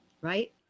right